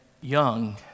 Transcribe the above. young